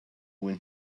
when